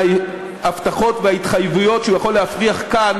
מההבטחות וההתחייבויות שהוא יכול להפריח כאן,